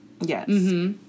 Yes